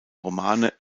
romane